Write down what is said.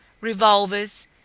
revolvers